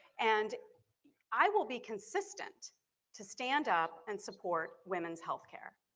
and i will be consistent to stand up and support women's health care.